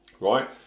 right